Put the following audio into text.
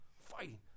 fighting